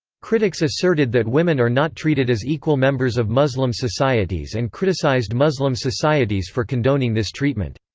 critics asserted that women are not treated as equal members of muslim societies and criticized muslim societies for condoning this treatment.